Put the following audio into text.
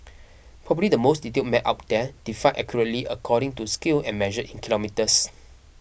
probably the most detailed map up there defined accurately according to scale and measured in kilometres